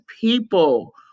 People